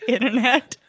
Internet